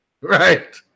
Right